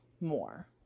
more